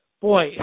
boy